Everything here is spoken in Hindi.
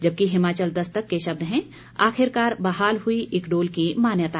जबकि हिमाचल दस्तक के शब्द हैं आखिरकार बहाल हुई इक्डोल की मान्यता